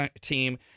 team